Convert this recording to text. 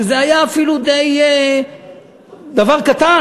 שזה היה אפילו די דבר קטן,